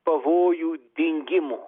pavojų dingimo